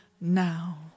now